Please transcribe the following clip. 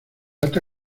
alta